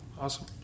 awesome